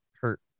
hurt